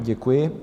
Děkuji.